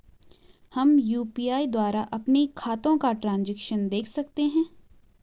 हम यु.पी.आई द्वारा अपने खातों का ट्रैन्ज़ैक्शन देख सकते हैं?